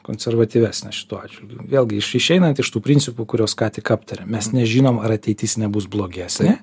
konservatyvesnė šituo atžvilgiu vėlgi iš išeinant iš tų principų kuriuos ką tik aptarėm mes nežinom ar ateitis nebus blogesnė